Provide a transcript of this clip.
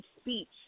speech